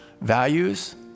Values